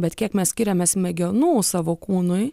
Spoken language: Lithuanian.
bet kiek mes skiriame smegenų savo kūnui